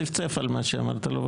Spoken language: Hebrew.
צפצף על מה שאמרת לו.